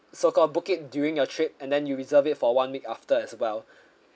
so call book it during your trip and then you reserve it for one week after as well